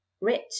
rich